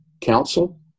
Council